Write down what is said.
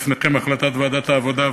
לפניכם החלטת ועדת העבודה,